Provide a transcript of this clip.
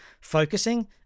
focusing